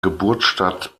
geburtsstadt